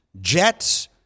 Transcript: Jets